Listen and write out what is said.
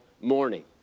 morning